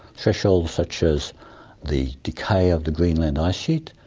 thresholds such as the decay of the greenland ice sheet,